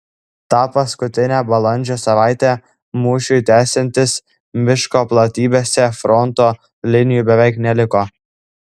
tą paskutinę balandžio savaitę mūšiui tęsiantis miško platybėse fronto linijų beveik neliko